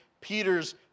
Peter's